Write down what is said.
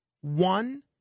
One